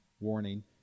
warning